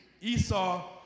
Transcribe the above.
Esau